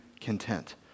content